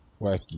wacky